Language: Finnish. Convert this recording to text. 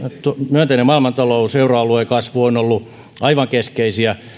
myönteinen maailmantalous ja euroalueen kasvu ovat olleet aivan keskeisiä